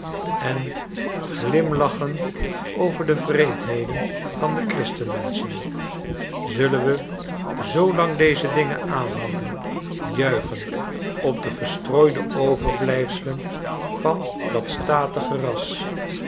en glimlachen over de wreedheden van christenmenschen zullen we zoolang deze dingen aanhouden juichen op de verstrooide overblijfselen van dat statige ras